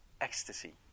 ecstasy